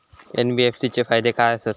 NBFC चे फायदे खाय आसत?